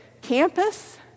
campus